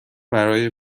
برای